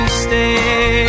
stay